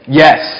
yes